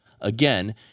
Again